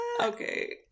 Okay